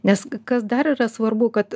nes kas dar yra svarbu kad